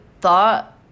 thought